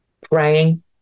praying